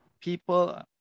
people